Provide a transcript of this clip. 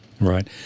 Right